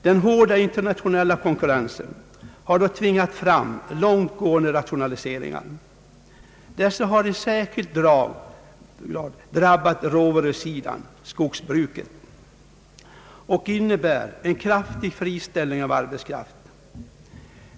Den hårda internationella konkurrensen har dock tvingat fram långt gående rationaliseringar. Dessa har i särskild grad drabbat råvarusidan, nämligen skogsbruket, och inneburit en kraftigt ökad friställning av arbetskraft.